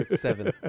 seven